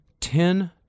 ten